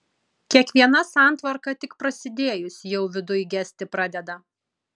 kiekviena santvarka tik prasidėjus jau viduj gesti pradeda